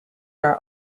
are